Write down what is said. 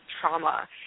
trauma